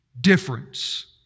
difference